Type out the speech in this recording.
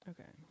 Okay